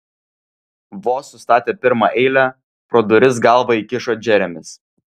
vos sustatė pirmą eilę pro duris galvą įkišo džeremis